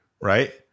right